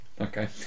Okay